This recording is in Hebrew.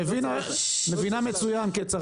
חברת הכנסת מלינובסקי מבינה מצוין בנושא הוועדה שלה,